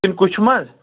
کِنہِ کُچھہِ منٛز